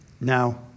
Now